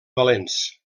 valents